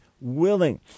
willing